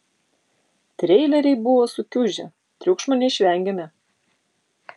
treileriai buvo sukiužę triukšmo neišvengėme